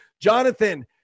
Jonathan